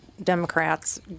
Democrats